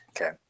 Okay